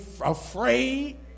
afraid